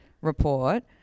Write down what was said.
report